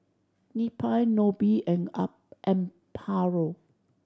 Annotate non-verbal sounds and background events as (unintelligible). Neppie Nobie and (unintelligible) Amparo